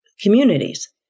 Communities